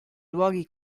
luoghi